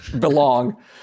belong